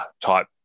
type